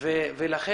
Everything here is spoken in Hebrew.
קודם כל